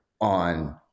on